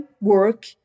work